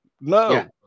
No